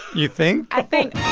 you think? i think.